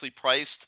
priced